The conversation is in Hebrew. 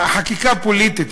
חקיקה פוליטית,